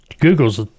Google's